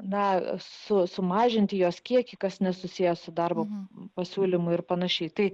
na su sumažinti jos kiekį kas nesusiję su darbo pasiūlymu ir pan tai